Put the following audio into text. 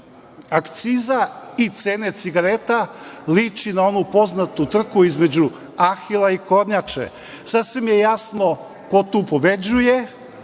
akciza i cene cigareta liči na onu poznatu trku između Ahila i kornjače. Sasvim je jasno ko tu pobeđuje,